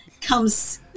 comes